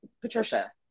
Patricia